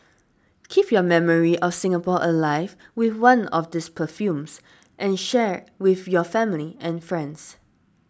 keep your memory of Singapore alive with one of these perfumes and share with your family and friends